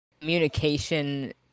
communication